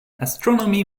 astronomy